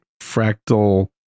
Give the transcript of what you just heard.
fractal